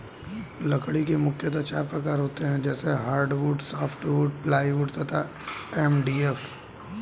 लकड़ी के मुख्यतः चार प्रकार होते हैं जैसे हार्डवुड, सॉफ्टवुड, प्लाईवुड तथा एम.डी.एफ